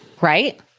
Right